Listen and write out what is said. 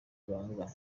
banga